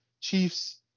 Chiefs